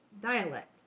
dialect